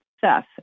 Seth